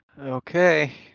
Okay